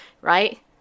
right